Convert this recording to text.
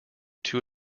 two